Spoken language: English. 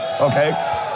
okay